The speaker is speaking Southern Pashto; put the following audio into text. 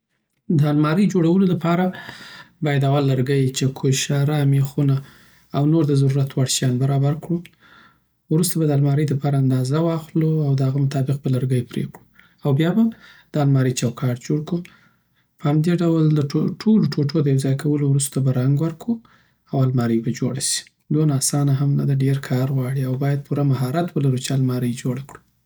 دالماری جوړولو دپاره باید اول لرګی، چکش، اره، میخونه او نور د ضرورت وړ شیان برابر کړو ورسته به د المارۍ د پاره اندازه واخلواو دهغه مطابق به لرګی پری کړو. او بیا به د المارۍ چوکاټ جوړ کړو په همدی ډول دټولو ټوټو دیوځای کولو وروسته به رنګ ورکړو او الماری به جوړه سی دونه آسانه هم نده ډیره کار غواړی او باید پوره مهار ت ولرو چی الماری جوړه کړو